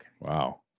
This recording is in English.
Wow